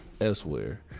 Elsewhere